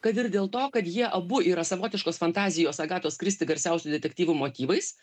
kad ir dėl to kad jie abu yra savotiškos fantazijos agatos kristi garsiausių detektyvų motyvais